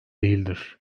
değildir